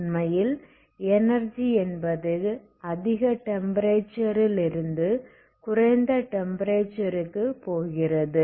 உண்மையில் எனர்ஜி என்பது அதிக டெம்ப்பரேச்சரில் இருந்து குறைந்த டெம்ப்பரேச்சர் க்கு போகிறது